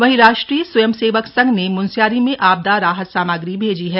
वहीं राष्ट्रीय स्वयंसेवक संघ ने मुनस्यारी में आपदा राहत सामग्री भेजी है